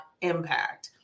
Impact